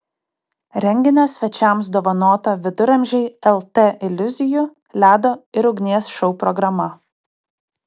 renginio svečiams dovanota viduramžiai lt iliuzijų ledo ir ugnies šou programa